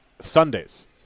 Sundays